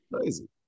Crazy